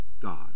God